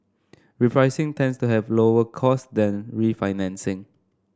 repricing tends to have lower costs than refinancing